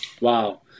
wow